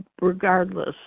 regardless